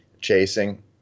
chasing